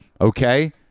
okay